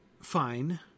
Fine